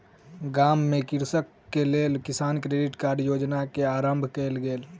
गाम में कृषकक लेल किसान क्रेडिट कार्ड योजना के आरम्भ कयल गेल